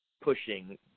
pushing